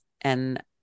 and-